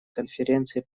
конференции